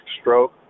stroke